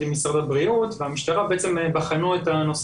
עם משרד הבריאות והמשטרה בחנו את הנושא,